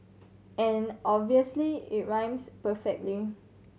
and obviously it rhymes perfecting